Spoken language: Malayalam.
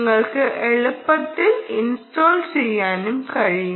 നിങ്ങൾക്ക് എളുപ്പത്തിൽ ഇൻസ്റ്റാൾ ചെയ്യാനും കഴിയും